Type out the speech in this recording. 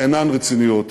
אינן רציניות